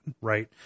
right